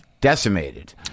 decimated